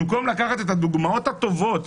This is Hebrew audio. במקום לקחת את הדוגמאות הטובות,